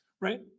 Right